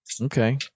Okay